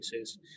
says